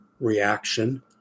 reaction